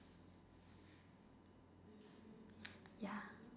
ya